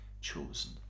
chosen